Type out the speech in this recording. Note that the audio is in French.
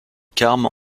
carmes